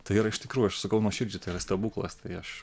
tai yra iš tikrųjų aš sakau nuoširdžiai tai yra stebuklas tai aš